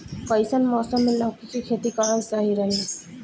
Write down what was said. कइसन मौसम मे लौकी के खेती करल सही रही?